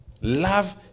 Love